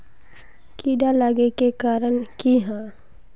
कीड़ा लागे के कारण की हाँ?